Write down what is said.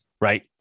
right